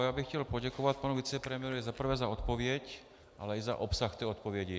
Já bych chtěl poděkovat panu vicepremiérovi za prvé za odpověď, ale i za obsah té odpovědi.